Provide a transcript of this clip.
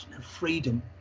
freedom